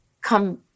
come